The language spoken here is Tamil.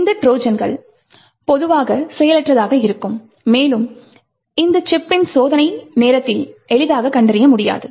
இந்த ட்ரோஜன் பொதுவாக செயலற்றதாக இருக்கும் மேலும் இந்த சிப் பின் சோதனை நேரத்தில் எளிதாக கண்டறிய முடியாது